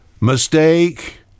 Mistake